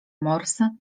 morsy